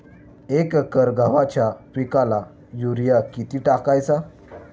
एक एकर गव्हाच्या पिकाला युरिया किती टाकायचा?